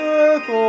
earth